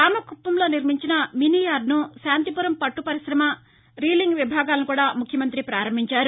రామకుప్పంలో నిర్మించిన మిని యార్టును శాంతిపురం పట్ట పరిశమ రీలింగ్ విభాగాలను కూడా ముఖ్యమంత్రి పారంభించారు